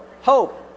Hope